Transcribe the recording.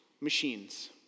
machines